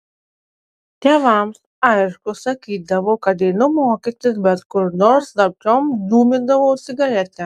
tėvams aišku sakydavau kad einu mokytis bet kur nors slapčiom dūmydavau cigaretę